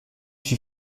lui